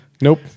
Nope